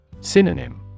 Synonym